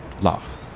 Love